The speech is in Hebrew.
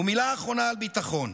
ומילה אחרונה על ביטחון.